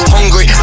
Hungry